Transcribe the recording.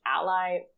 ally